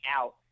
out